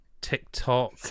TikTok